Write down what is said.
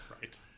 right